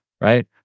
right